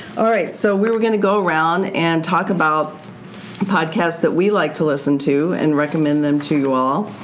alright, so we we're going to go around and talk about podcasts that we like to listen to and recommend them to you all.